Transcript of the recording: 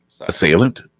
assailant